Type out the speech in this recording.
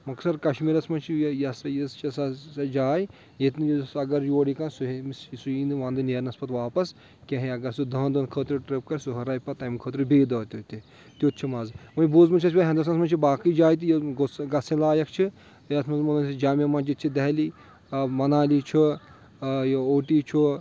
مۄخثر کشمیٖرَس منٛز چھُ یہِ سا یہِ سۄ جاے ییٚتہِ نہٕ یُس اگر یورٕ یِی کانٛہہ سُہ ہیٚمِس یی نہٕ وَنٛدٕ نیرنَس پَتہٕ واپَس کینٛہہ اگر سُہ دَہَن دۄہَن خٲطرٕ ٹرِپ کَرِ سُہ ہُرراے پَتہٕ تَمہِ خٲطرٕ بیٚیہِ داہ دۄہ تہِ تیُتھ چھُ مَزٕ وۄنۍ بوٗزمُت چھُ اَسہِ پَتہٕ ہِندُستانَس منٛز چھِ باقٕے جایہِ تہِ گژھٕنۍ لایق چھِ یَتھ منٛز جامِیہ مسجِد چھِ دہلی مَنالی چھُ یہِ اوٗٹی چھُ